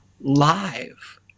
live